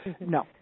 no